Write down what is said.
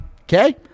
okay